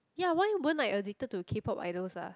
ya why weren't I addicted to K-Pop idols ah